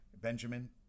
Benjamin